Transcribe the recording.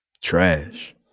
Trash